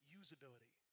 usability